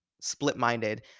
split-minded